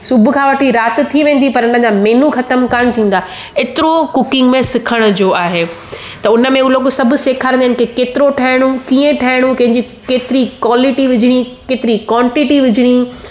सुबुह खां वठी राति थी वेंदी पर अञां मेनू ख़तम कोन थींदा एतिरो कुकिंग में सिखण जो आहे त उनमें उहो लोग सभु सिखारियो आहिनि के केतिरो ठाहिणो कीअं ठाहिणो कंहिंजी केतिरी क्वालिटी विझणी केतिरी क्वांटिटी विझणी